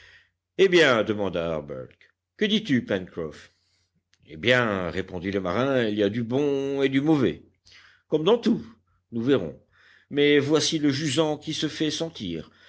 eh bien demanda harbert que dis-tu pencroff eh bien répondit le marin il y a du bon et du mauvais comme dans tout nous verrons mais voici le jusant qui se fait sentir